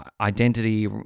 identity